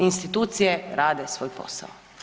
Institucije rade svoj posao.